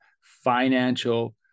financial